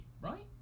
right